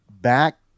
back